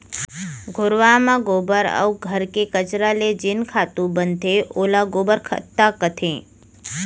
घुरूवा म गोबर अउ घर के कचरा ले जेन खातू बनथे ओला गोबर खत्ता कथें